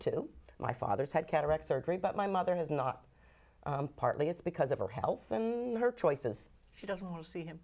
two my father's had cataract surgery but my mother has not partly it's because of her health and her choices she doesn't want to see